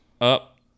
up